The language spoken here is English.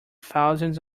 thousands